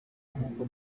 nk’uko